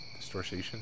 Distortion